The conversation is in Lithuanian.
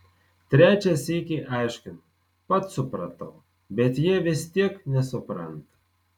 trečią sykį aiškinu pats supratau bet jie vis tiek nesupranta